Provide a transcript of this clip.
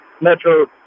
Metro